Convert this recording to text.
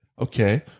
Okay